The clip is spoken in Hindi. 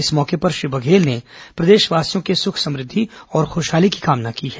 इस अवसर पर श्री बघेल ने प्रदेशवासियों के सुख समृद्धि और खुशहाली की कामना की है